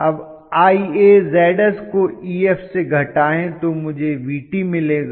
अब IaZs को Ef से घटाएं तो मुझे Vt मिलेगा